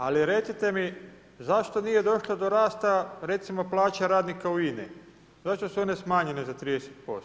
Ali recite mi, zašto nije došlo do rasta recimo plaća radnika u INA-i, zašto su one smanjene za 30%